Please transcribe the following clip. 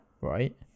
right